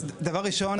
דבר ראשון,